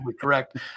correct